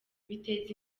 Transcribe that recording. biteza